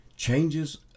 changes